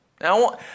Now